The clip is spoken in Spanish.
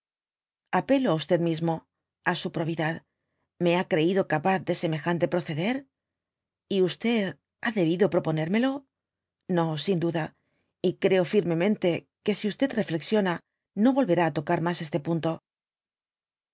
apelo á mismo i su probidad me ha creido capaz de semejante proceder t ha debido proponérmelo no sin duda y creo firmemente que si reflexiona no volverá á tocar mas este punto lo